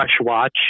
watch